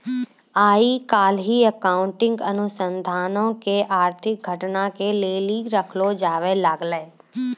आइ काल्हि अकाउंटिंग अनुसन्धानो के आर्थिक घटना के लेली रखलो जाबै लागलै